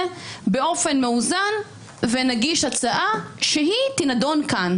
באופן מאוזן ונגיש הצעה שהיא תידון כאן.